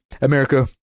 America